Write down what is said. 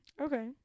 okay